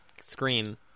screen